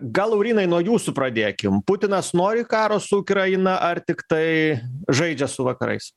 gal laurynai nuo jūsų pradėkim putinas nori karo su ukraina ar tiktai žaidžia su vakarais